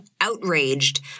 outraged